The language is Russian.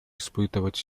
испытывать